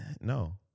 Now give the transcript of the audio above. No